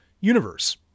universe